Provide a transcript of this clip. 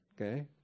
Okay